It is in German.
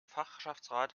fachschaftsrat